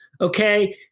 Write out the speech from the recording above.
Okay